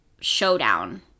showdown